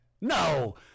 No